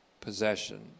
possession